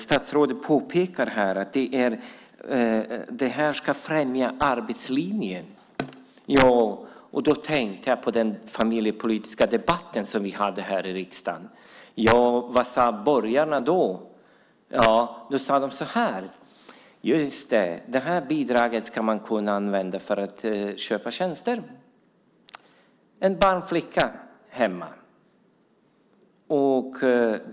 Statsrådet påpekar att det ska främja arbetslinjen. Då tänker jag på den familjepolitiska debatt som vi hade här i riksdagen. Vad sade borgarna då? Ja, de sade så här: Det här bidraget ska man kunna använda för att köpa tjänster, en barnflicka hemma.